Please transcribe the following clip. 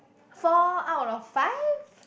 four out of five